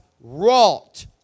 wrought